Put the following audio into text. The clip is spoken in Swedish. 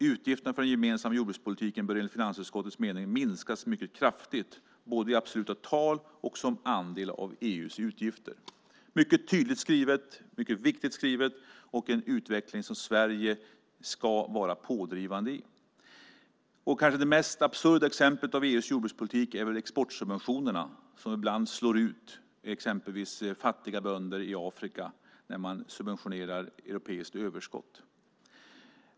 Utgifterna för den gemensamma jordbrukspolitiken bör enligt finansutskottets mening minskas mycket kraftigt, både i absoluta tal och som andel av EU:s utgifter." Det här är mycket tydligt skrivet, och det är mycket viktigt. Det är en utveckling som Sverige ska vara pådrivande i. Det kanske mest absurda exemplet i EU:s jordbrukspolitik är exportsubventionerna, som ibland slår ut till exempel fattiga bönder i Afrika när europeiskt överskott subventioneras.